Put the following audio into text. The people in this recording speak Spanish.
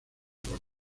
con